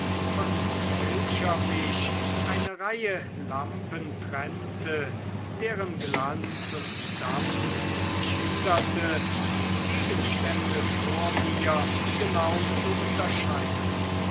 von welcher mich eine reihe lampen trennte deren glanz und dampf mich hinderte die gegenstände vor mir genau zu unterscheiden